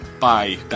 Bye